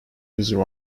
user